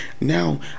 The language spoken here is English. Now